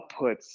outputs